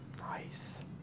Nice